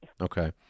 Okay